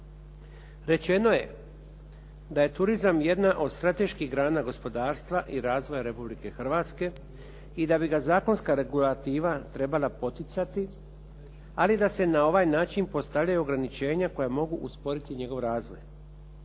Rečeno je da je turizam jedna od strateških grana gospodarstva i razvoja Republike Hrvatske i da bi ga zakonska regulativa trebala poticati ali da se na ovaj način postavljaju ograničenja koja mogu usporiti njegov razvoj.